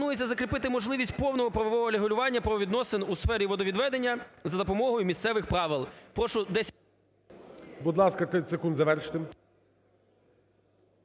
пропонується закріпити можливість повного правового регулювання правовідносин у сфері водовідведення за допомогою місцевих правил.